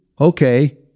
okay